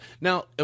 now